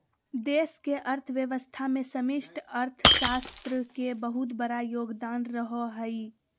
देश के अर्थव्यवस्था मे समष्टि अर्थशास्त्र के बहुत बड़ा योगदान रहो हय